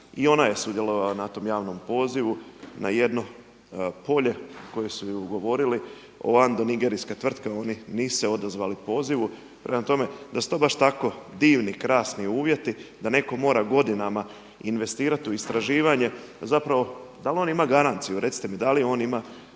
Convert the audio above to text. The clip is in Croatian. i ona je sudjelovala na tom javnom pozivu na jedno polje kojoj su joj ugovorili o … nigerijska tvrtka oni nisu se odazvali pozivu. Prema tome, da su to baš takvi divni, krasni uvjeti da neko mora godinama investirati u istraživanje, pa zapravo dal on ima garanciju recite mi, da li on ima,